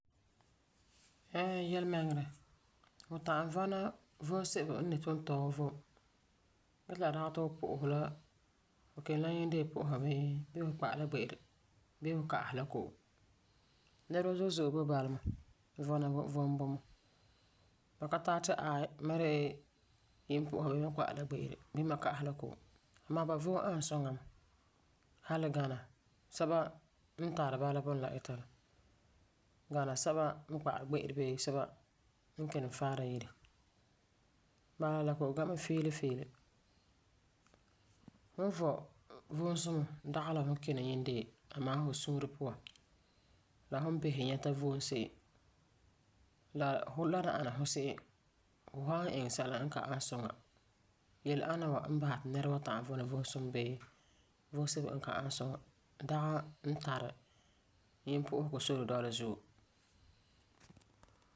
Ɛɛ yelemɛŋɛrɛ, fu ta'am vɔna vom sebo n de tuntɔɔ vom ge ti la dagena ti fu pu'useri la, fu kini la Yindeon pu'usa bii fu kpa'ari la gbe'ere bee fu ka'asi la ko'om. Nɛreba zo'e zo'e boi bala mɛ vɔna vom vom bumɔ. Ba ka tari ti aai, mam de la Yimpu'usa bee ba ka'asi Ko'om bii ba kpa'ari la gbe'ere amaa ba vom ani suŋa mɛ hali gana sɛba n tari bala bunɔ la ita la. Gana sɛba n kpa'ari gbe'ere bee n kini faara yire. Bala la kɔ'ɔm bɔna mɛ fiili fiili. Fum n vɔi vomsumɔ dagi la fum n kini Yinɛ deon amaa fu suure puan la fum n bisɛ nyɛta vom se'em. La, la n ni ana fu se'em fu san tum sɛla n ka ani suŋa. Yele-ana wa n ni basɛ ti nɛra wan ta'am vɔna vomsumɔ bii vom n ka ani suŋa. Dagi fum n tari Yimpu'usegɔ sore dɔla Zuo.